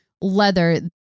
leather